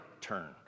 turn